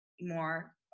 more